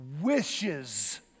wishes